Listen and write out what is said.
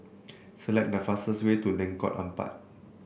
select the fastest way to Lengkok Empat